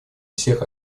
всех